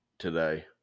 today